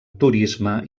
turisme